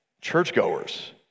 churchgoers